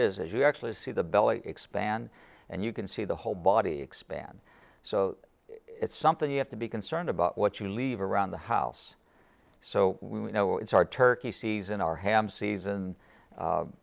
is as you actually see the belly expand and you can see the whole body expand so it's something you have to be concerned about what you leave around the house so you know it's our turkey season our ham season